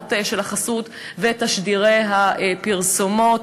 הודעות החסות ותשדירי הפרסומות.